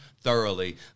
thoroughly